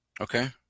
Okay